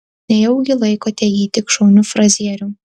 nejaugi laikote jį tik šauniu frazierium